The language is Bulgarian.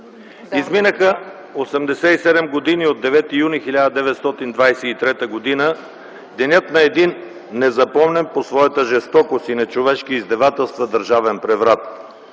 Изминаха 87 години от 9 юни 1923 г. – денят на един незапомнен по своята жестокост и нечовешки издевателства държавен преврат.